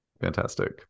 fantastic